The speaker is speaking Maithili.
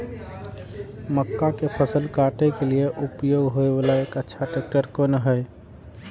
मक्का के फसल काटय के लिए उपयोग होय वाला एक अच्छा ट्रैक्टर कोन हय?